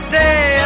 day